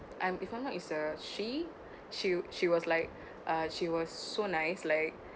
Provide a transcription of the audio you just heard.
um if I know is a she she she was like uh she was so nice like